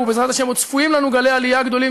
ובעזרת השם עוד צפויים לנו גלי עלייה גדולים